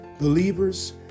believers